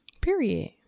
Period